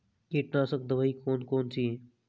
कीटनाशक दवाई कौन कौन सी हैं?